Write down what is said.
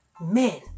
men